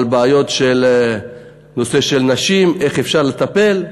על בעיות של נושא של נשים, איך אפשר לטפל.